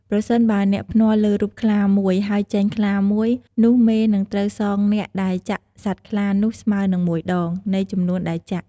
ប្រសិនបើអ្នកភ្នាល់លើរូបខ្លាមួយ ហើយចេញខ្លាមួយ នោះមេនឹងត្រូវសងអ្នកដែលចាក់សត្វខ្លានោះស្មើនឹង ១ដង នៃចំនួនដែលចាក់។